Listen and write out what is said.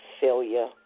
failure